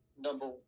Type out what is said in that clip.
number